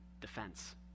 defense